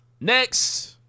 Next